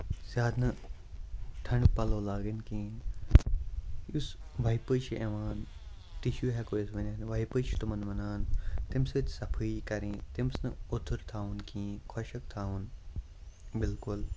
زیادٕ نہٕ ٹھنڈٕ پَلو لاگٕنۍ کِہینۍ یُس وایپٕس چھُ یِوان ٹِشوٗ ہیٚکَو أسۍ ؤنِتھ وایپٕس چھِ تِمن وَنان تَمہِ سۭتۍ صفٲیی کَرٕنۍ تٔمِس نہٕ اودُر تھاوُن کِہینۍ خۄشٕکۍ تھاوُن بِلکُل